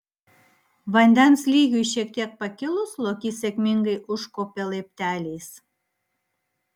vandens lygiui šiek tiek pakilus lokys sėkmingai užkopė laipteliais